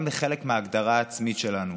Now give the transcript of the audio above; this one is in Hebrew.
גם לחלק מההגדרה העצמית שלנו.